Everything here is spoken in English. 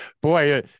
Boy